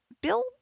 Bill